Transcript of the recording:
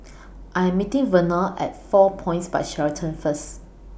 I Am meeting Vernal At four Points By Sheraton First